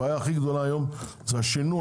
הבעיה הכי גדולה היום היא השינוע